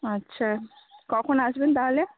আচ্ছা কখন আসবেন তাহলে